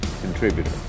contributor